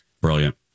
Brilliant